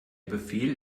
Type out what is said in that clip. befehl